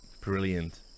Brilliant